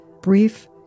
Brief